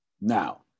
Now